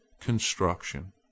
construction